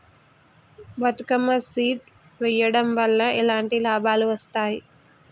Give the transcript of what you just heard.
Bathukamma seed వెయ్యడం వల్ల ఎలాంటి లాభాలు వస్తాయి?